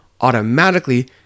automatically